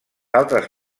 altres